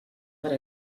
per